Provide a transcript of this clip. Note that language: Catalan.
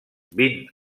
vint